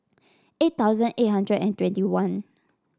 eight thousand eight hundred and twenty one